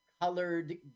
colored